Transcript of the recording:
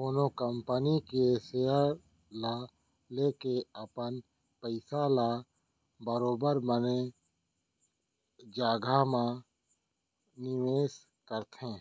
कोनो कंपनी के सेयर ल लेके अपन पइसा ल बरोबर बने जघा म निवेस करथे